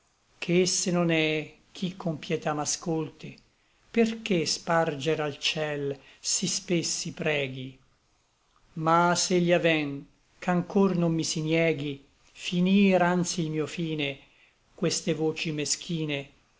che se non è chi con pietà m'ascolte perché sparger al ciel sí spessi preghi ma s'egli aven ch'anchor non mi si nieghi finir anzi l mio fine queste voci meschine